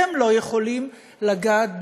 שהם לא יכולים לגעת בו,